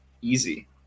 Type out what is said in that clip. easy